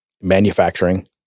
manufacturing